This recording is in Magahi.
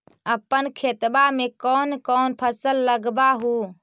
अपन खेतबा मे कौन कौन फसल लगबा हू?